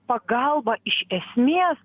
pagalbą iš esmės